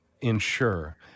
ensure